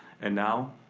and now,